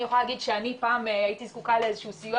אני יכולה להגיד שאני פעם הייתי זקוקה לאיזה שהוא סיוע